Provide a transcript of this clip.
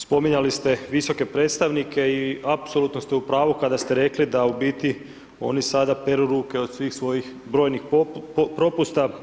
Spominjali ste visoke predstavnike i apsolutno ste u pravu kada ste rekli da oni sada peru ruke od svih svojih brojnih propusta.